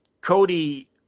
Cody